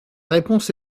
réponse